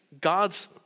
God's